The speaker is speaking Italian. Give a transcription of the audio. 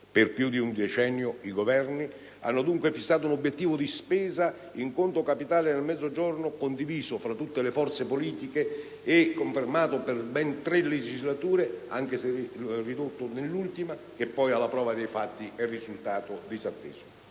Per più di un decennio, i Governi hanno dunque fissato un obiettivo di spesa in conto capitale nel Mezzogiorno condiviso fra tutte le forze politiche e confermato per ben tre legislature, anche se ridotto nell'ultima, che poi alla prova dei fatti è risultato disatteso.